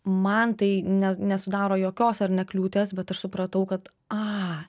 man tai ne nesudaro jokios ar ne kliūties bet aš supratau kad a